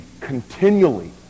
continually